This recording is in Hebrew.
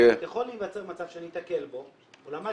יכול להיווצר מצב שניתקל בו שהוא למד